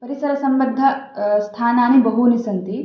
परिसरसम्बद्ध स्थानानि बहूनि सन्ति